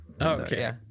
Okay